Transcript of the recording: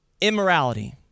immorality